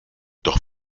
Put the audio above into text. doch